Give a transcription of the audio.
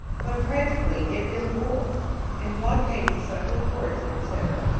but practically it is a war in blockading southern ports, etc,